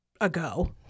ago